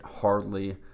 hardly